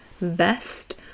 vest